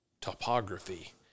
topography